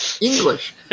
English